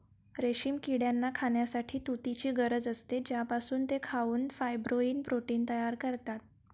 रेशीम किड्यांना खाण्यासाठी तुतीची गरज असते, ज्यापासून ते खाऊन फायब्रोइन प्रोटीन तयार करतात